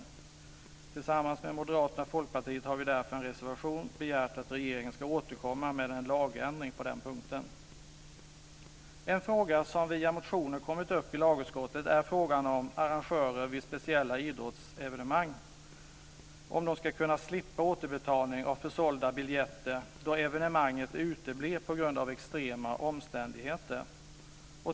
Tillsammans med Moderaterna och Folkpartiet har vi därför i en reservation begärt att regeringen ska återkomma med en lagändring på den punkten. En fråga om via motioner kommit upp i lagutskottet är frågan om arrangörer av speciella idrottsevenemang ska kunna slippa återbetalning av försålda biljetter då evenemanget uteblir på grund av extrema omständigheter.